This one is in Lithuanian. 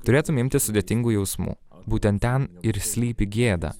turėtum imtis sudėtingų jausmų būtent ten ir slypi gėda